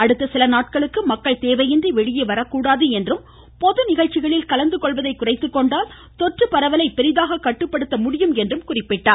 அடுத்த சில நாட்களுக்கு மக்கள் தேவையின்றி வெளியே வரக்கூடாது என்றும் பொது நிகழ்ச்சிகளில் கலந்துகொள்வதை குறைத்துக்கொண்டால் தொற்று பரவலை பெரிதாக கட்டுப்படுத்த முடியும் என்றும் கூறினார்